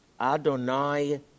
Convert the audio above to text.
Adonai